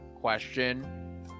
question